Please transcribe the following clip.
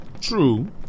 True